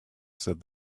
said